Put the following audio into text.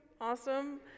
awesome